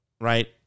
right